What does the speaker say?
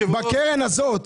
בקרן הזאת,